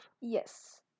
Yes